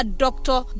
doctor